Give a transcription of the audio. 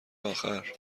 آخر